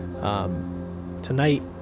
Tonight